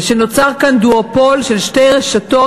ונוצר כאן דואופול של שתי רשתות,